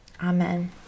Amen